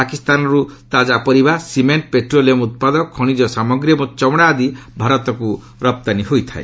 ପାକିସ୍ତାନ ତାଜା ପରିବା cement petroleum ଉତ୍ପାଦ ଖଣିଜସାମଗ୍ରୀ ଏବଂ ଚମଡା ଆଦି ଭାରତକୁ ରପ୍ତାନୀ କରିଥାଏ